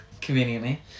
Conveniently